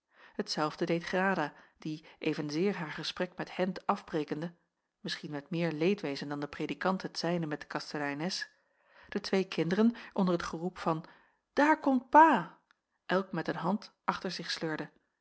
zelfde deed grada die evenzeer haar gesprek met hendt afbrekende misschien met meer leedwezen dan de predikant het zijne met de kasteleines de twee kinderen onder het geroep van daar komt pa elk met eene hand achter zich sleurde